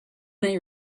they